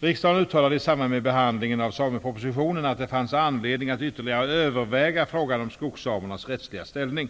Riksdagen uttalade i samband med behandlingen av samepropositionen att det fanns anledning att ytterligare överväga frågan om skogssamernas rättsliga ställning.